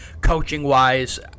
coaching-wise